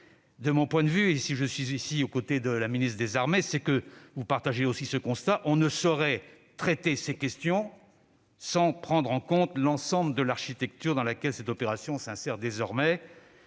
de mon point de vue- et, si je suis ici aux côtés de la ministre des armées, c'est que vous partagez ce constat -, on ne saurait traiter ces questions sans prendre en compte l'ensemble de l'architecture dans laquelle cette opération s'insère désormais,